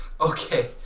Okay